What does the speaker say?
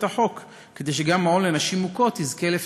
החוק כדי שגם מעון לנשים מוכות יזכה לפטור.